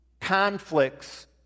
conflicts